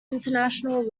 international